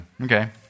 Okay